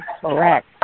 correct